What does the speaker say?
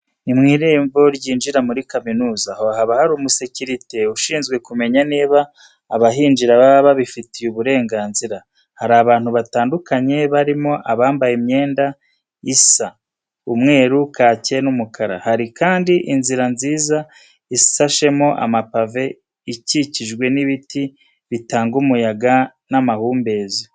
Ni mu irembo ryinjira muri kaminuza, aho haba hari umusekirite ushinzwe kumenya niba abahinjira baba babifitiye uburenganzira. Hari abantu batandukanye barimo abambaye imyenda isa umweru, kake n'umukara. Hari kandi inzira nziza isashemo amapave ikikijwe n'ibiti bitanga umuyaga n'amahumbezi.